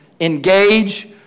Engage